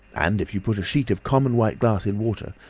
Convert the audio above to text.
and if you put a sheet of common white glass in water,